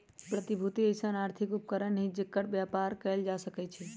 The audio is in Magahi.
प्रतिभूति अइसँन आर्थिक उपकरण हइ जेकर बेपार कएल जा सकै छइ